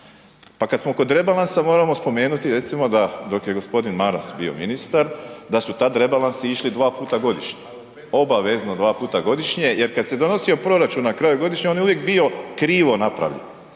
Pa kad smo kod rebalansa moramo spomenuti recimo da dok je gospodin Maras bio ministar da su tad rebalansi išli dva puta godišnje, obavezno dva puta godišnje jer kad se donosio proračun na kraju godine on je uvijek bio krivo napravljen